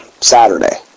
Saturday